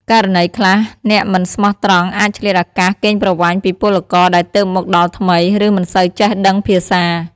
ករណីខ្លះ អ្នកមិនស្មោះត្រង់អាចឆ្លៀតឱកាសកេងប្រវ័ញ្ចពីពលករដែលទើបមកដល់ថ្មី ឬមិនសូវចេះដឹងភាសា ។